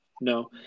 No